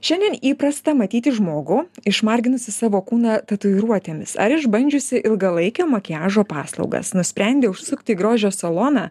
šiandien įprasta matyti žmogų išmarginusį savo kūną tatuiruotėmis ar išbandžiusį ilgalaikio makiažo paslaugas nusprendę užsukti į grožio saloną